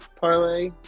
parlay